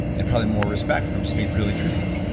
and probably, more respect from just being really truthful.